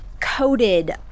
coated